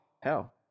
hell